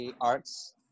arts